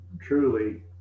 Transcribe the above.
truly